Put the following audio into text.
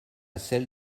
celle